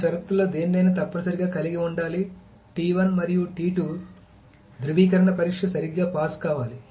ఈ షరతులలో దేనినైనా తప్పనిసరిగా కలిగి ఉండాలి మరియు ధృవీకరణ పరీక్ష సరిగ్గా పాస్ కావాలి